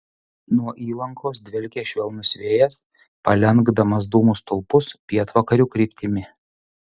nuo įlankos dvelkė švelnus vėjas palenkdamas dūmų stulpus pietvakarių kryptimi